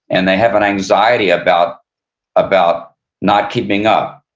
and they have an anxiety about about not keeping up.